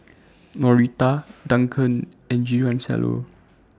Norita Duncan and Giancarlo